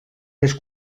més